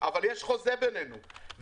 אבל יש חוזה בינינו.